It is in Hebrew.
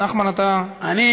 נחמן, אתה רשום.